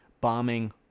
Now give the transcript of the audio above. bombing